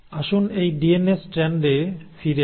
আসুন এই ডিএনএ স্ট্র্যান্ডে ফিরে আসি